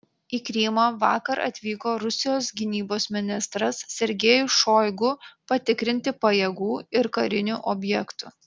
į krymą vakar atvyko rusijos gynybos ministras sergejus šoigu patikrinti pajėgų ir karinių objektų